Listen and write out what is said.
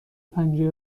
پنجره